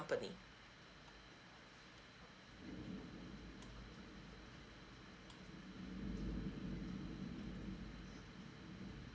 company